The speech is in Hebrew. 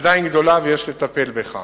עדיין גדולה ויש לטפל בכך.